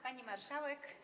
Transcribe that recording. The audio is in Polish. Pani Marszałek!